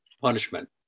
punishment